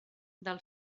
del